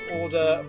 order